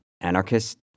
anarchist